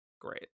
great